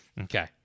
Okay